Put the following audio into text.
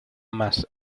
más